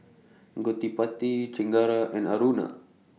Gottipati Chengara and Aruna